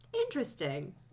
Interesting